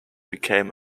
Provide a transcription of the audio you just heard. became